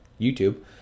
YouTube